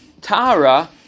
tara